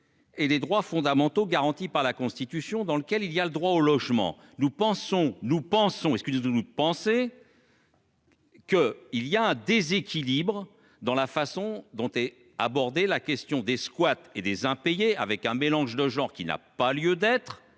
Et les droits fondamentaux garantis par la Constitution, dans lequel il y a le droit au logement. Nous pensons nous pensons et ce que de de nous de penser. Que il y a un déséquilibre dans la façon dont est abordée la question des squats et des impayés avec un mélange de genres, qui n'a pas lieu d'être